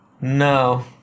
No